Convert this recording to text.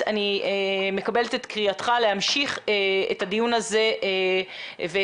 אני מקבלת את קריאתך להמשיך את הדיון הזה ואת